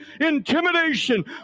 intimidation